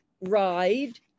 ride